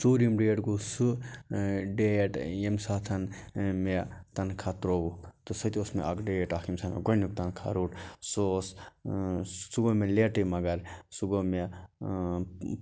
ژوٗرِم ڈیٹ گوٚو سُہ ڈیٹ ییٚمہِ ساتہٕ مےٚ تَنخواہ ترٛووُکھ تہٕ سُہ تہِ اوس مےٚ اَکھ ڈیٹ اَکھ ییٚمہِ ساتہٕ مےٚ گۄڈنیُک تَنخواہ روٚٹ سُہ اوس سُہ گوٚو مےٚ لیٹٕے مگر سُہ گوٚو مےٚ